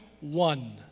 one